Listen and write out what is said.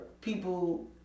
people